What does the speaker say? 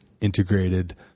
integrated